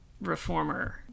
reformer